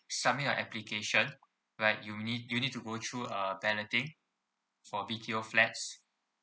submit your application right you need you need to go through a validating for B_T_O flats